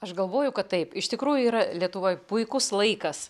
aš galvoju kad taip iš tikrųjų yra lietuvoj puikus laikas